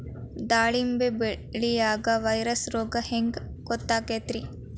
ದಾಳಿಂಬಿ ಬೆಳಿಯಾಗ ವೈರಸ್ ರೋಗ ಹ್ಯಾಂಗ ಗೊತ್ತಾಕ್ಕತ್ರೇ?